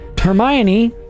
Hermione